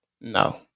No